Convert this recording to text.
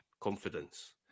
confidence